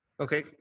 Okay